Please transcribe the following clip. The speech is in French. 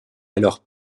alors